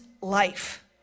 life